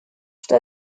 что